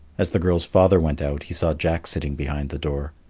as the girl's father went out, he saw jack sitting behind the door.